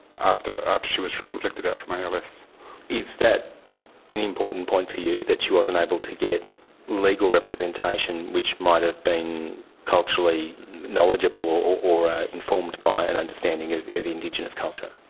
after after she was conflicted out from als. is that an important point for you, that she wasn't able to get legal representation which might have been culturally knowledgeable or or ah informed by an understanding of of indigenous culture?